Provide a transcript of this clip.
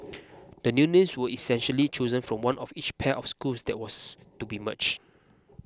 the new names were essentially chosen from one of each pair of schools that was to be merge